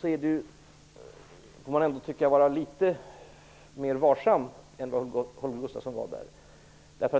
får man vara litet mer varsam än vad Holger Gustafsson föreslår i den frågan.